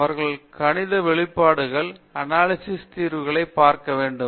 அவர்கள் கணித வெளிப்பாடுகள் அனாலிசிஸ் தீர்வுகளை பார்க்க வேண்டும்